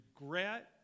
regret